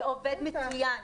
זה עובד מצוין.